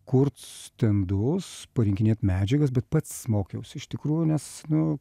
kurt stendus parinkinėt medžiagas bet pats mokiausi iš tikrųjų nes nu